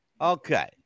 Okay